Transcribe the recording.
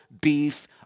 beef